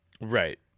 right